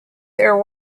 their